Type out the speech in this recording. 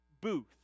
booth